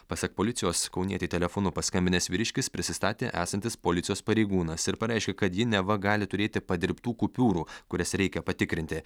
pasak policijos kaunietei telefonu paskambinęs vyriškis prisistatė esantis policijos pareigūnas ir pareiškė kad ji neva gali turėti padirbtų kupiūrų kurias reikia patikrinti